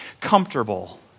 comfortable